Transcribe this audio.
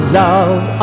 love